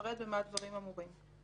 ואפרט במה הדברים אמורים.